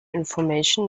information